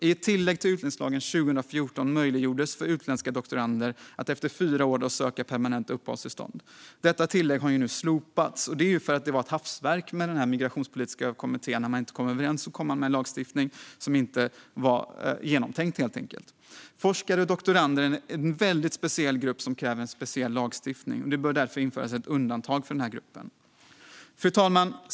I ett tillägg till utlänningslagen 2014 möjliggjordes för utländska doktorander att efter fyra år söka permanent uppehållstillstånd. Detta tillägg har nu slopats, och det är för att det var ett hafsverk med den migrationspolitiska kommittén - när man inte kunde komma överens kom man med en lagstiftning som inte var genomtänkt. Forskare och doktorander är en väldigt speciell grupp som kräver en speciell lagstiftning. Det bör därför införas ett undantag för den här gruppen. Fru talman!